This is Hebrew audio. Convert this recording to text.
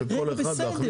מה אתה רוצה?